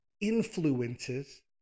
influences